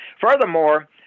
Furthermore